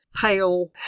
pale